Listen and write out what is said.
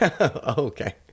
Okay